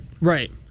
Right